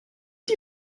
die